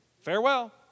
Farewell